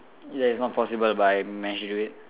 ya it's not possible but I